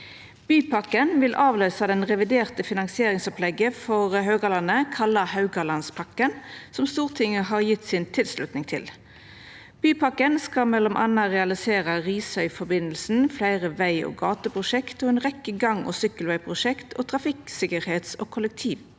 Bypakken vil avløysa det reviderte finansieringsopplegget for Haugalandet, kalla Haugalandspakken, som Stortinget har gjeve si tilslutning til. Bypakken skal m.a. realisera ny Risøyforbindelse, fleire veg- og gateprosjekt, ei rekkje gang- og sykkelvegprosjekt og trafikksikkerheits- og kollektivtiltak.